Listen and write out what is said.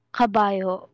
kabayo